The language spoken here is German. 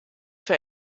für